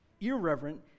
irreverent